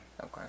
Okay